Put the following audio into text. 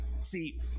See